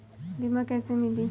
बीमा कैसे मिली?